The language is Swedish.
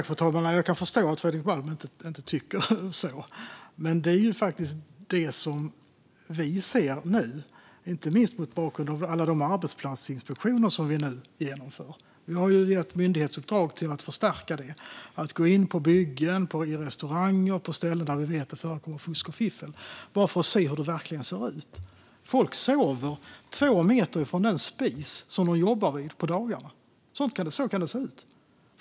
Fru talman! Jag kan förstå att Fredrik Malm inte tycker så. Men det är vad vi ser nu, inte minst mot bakgrund av alla de arbetsplatsinspektioner som vi nu genomför. Vi har gett myndighetsuppdrag att förstärka det. Det handlar om att gå in på byggen, restauranger och ställen där vi vet att det förekommer fusk och fiffel bara för att se hur det verkligen ser ut. Människor sover två meter från den spis som de jobbar vid på dagarna. Så kan det se ut.